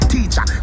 Teacher